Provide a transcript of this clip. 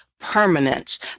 permanence